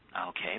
Okay